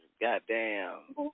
goddamn